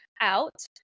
out